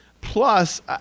Plus